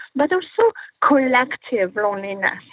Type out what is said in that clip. but also collective loneliness,